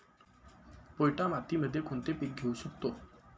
पोयटा मातीमध्ये कोणते पीक घेऊ शकतो?